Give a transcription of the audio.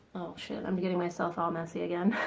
shit, i'm getting myself all messy again